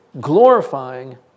glorifying